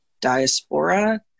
diaspora